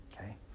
okay